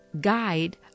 guide